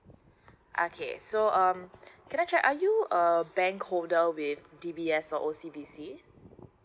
okay so um can I check are you a bank holder with D_B_S or O_C_B_C